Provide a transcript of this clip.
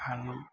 കാരണം